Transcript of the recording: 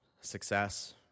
success